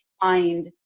find